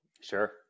Sure